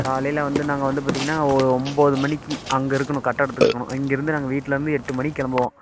காலையில் வந்து நாங்கள் வந்து பார்த்தீங்கன்னா ஒரு ஒம்பது மணிக்கு அங்கே இருக்கணும் கட்டிடத்துக்கு இருக்கணும் இங்கேருந்து நாங்கள் வீட்டிலேருந்து எட்டு மணிக்கு கிளம்புவோம்